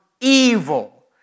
evil